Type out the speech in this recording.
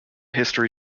history